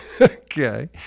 Okay